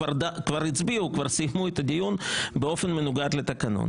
כבר הצביעו וכבר סיימו את הדיון באופן מנוגד לתקנון.